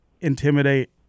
intimidate